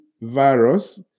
virus